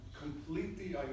completely